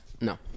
No